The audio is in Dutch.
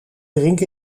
drink